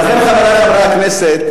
ולכן, חברי חברי הכנסת,